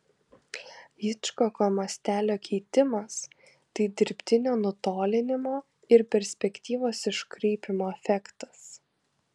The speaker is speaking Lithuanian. hičkoko mastelio keitimas tai dirbtinio nutolinimo ir perspektyvos iškraipymo efektas